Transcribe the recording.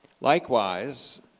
Likewise